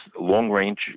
long-range